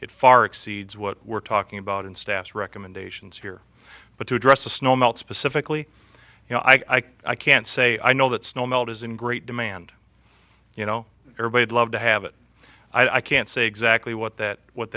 it far exceeds what we're talking about in staffs recommendations here but to address the snow melt specifically you know i can't say i know that snow melt is in great demand you know everybody loved to have it i can't say exactly what that what